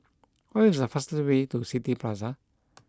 what is the fastest way to City Plaza